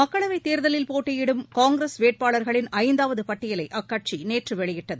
மக்களவைத் தேர்தலில் போட்டியிடும் காங்கிரஸ் வேட்பாளர்களின் ஐந்தாவது பட்டியலை அக்கட்சி நேற்று வெளியிட்டது